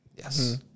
Yes